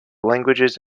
languages